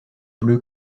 bleus